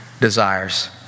desires